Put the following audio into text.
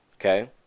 Okay